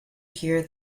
hear